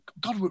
god